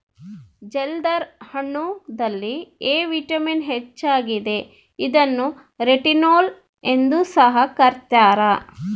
ಜಲ್ದರ್ ಹಣ್ಣುದಲ್ಲಿ A vitamin ಹೆಚ್ಚಾಗಿದೆ ಇದನ್ನು ರೆಟಿನೋಲ್ ಎಂದು ಸಹ ಕರ್ತ್ಯರ